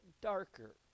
darker